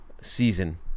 season